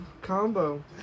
Combo